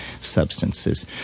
substances